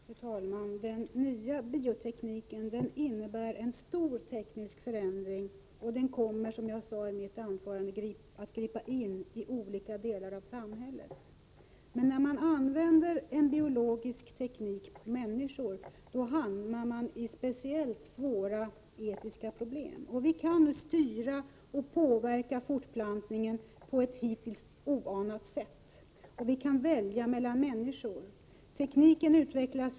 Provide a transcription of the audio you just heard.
Fru talman! Den nya biotekniken innebär en stor teknisk förändring och kommer att gripa in i olika delar av samhället. Men när man använder en biologisk teknik på människor, får man speciellt svåra etiska problem. Vi kan nu styra och påverka fortplantningen på ett hittills oanat sätt, och vi kan välja mellan människor.